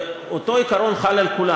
ואותו עיקרון חל על כולם.